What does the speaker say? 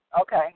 Okay